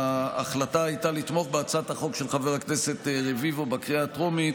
ההחלטה הייתה לתמוך בהצעת החוק של חבר הכנסת רביבו בקריאה הטרומית